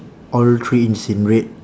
all three is in red